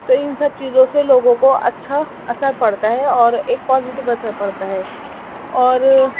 تو ان سب چیزوں سے لوگوں کو اچھا اثر پڑتا ہے اور ایک پوزیٹو اثر پڑتا ہے اور